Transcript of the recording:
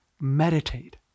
meditate